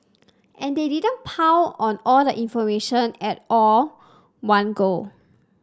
and they didn't pile on all the information at all one go